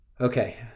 Okay